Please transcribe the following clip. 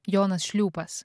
jonas šliūpas